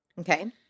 Okay